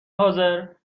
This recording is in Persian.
حاضردر